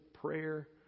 prayer